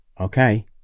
Okay